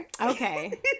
Okay